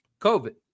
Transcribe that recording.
COVID